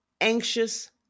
anxious